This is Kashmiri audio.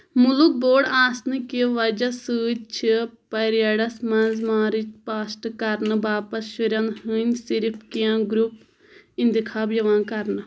ملُک بوٚڑ آسنہٕ کہِ وجہہ سۭتۍ چھِ پریڈَس منٛز مارٕچ پاسٹ کرنہٕ باپتھ شُرٮ۪ن ہِنٛدۍ صرف کینٛہہ گرپ انتخاب یِوان کرنہٕ